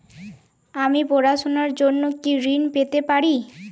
আমি পড়াশুনার জন্য কি ঋন পেতে পারি?